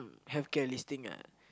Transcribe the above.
healthcare listing ah